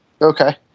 Okay